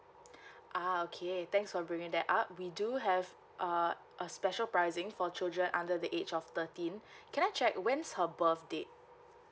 ah okay thanks for bringing that up we do have err a special pricing for children under the age of thirteen can I check when's her birthdate